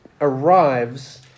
arrives